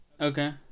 okay